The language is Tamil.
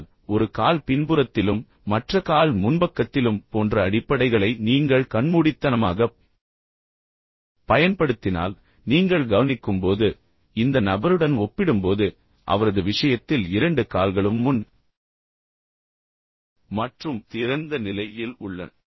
ஆனால் ஒரு கால் பின்புறத்திலும் மற்ற கால் முன்பக்கத்திலும் போன்ற அடிப்படைகளை நீங்கள் கண்மூடித்தனமாகப் பயன்படுத்தினால் நீங்கள் கவனிக்கும்போது இந்த நபருடன் ஒப்பிடும்போது அவரது விஷயத்தில் இரண்டு கால்களும் முன் மற்றும் திறந்த நிலையில் உள்ளன